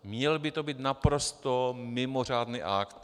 Měl by to být naprosto mimořádný akt.